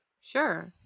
Sure